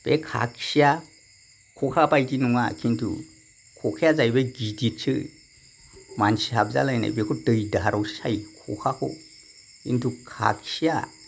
बे खाखिया खखाबायदि नङा खिन्थु खखाया जाहैबाय गिदिदसो मानसि हाबजालायनाय बेखौ दै दाहारावसो सायो खखाखौ खिन्थु खाखिया